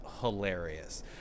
hilarious